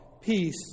peace